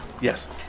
Yes